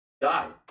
die